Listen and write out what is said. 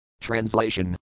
Translation